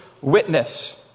witness